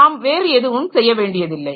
நாம் வேறு எதுவும் செய்ய வேண்டியதில்லை